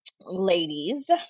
ladies